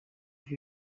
real